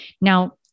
Now